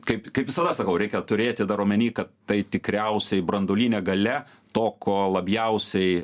kaip kaip visada sakau reikia turėti dar omeny kad tai tikriausiai branduolinė galia to ko labiausiai